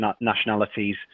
nationalities